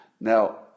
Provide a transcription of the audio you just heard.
Now